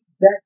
back